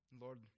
Lord